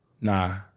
Nah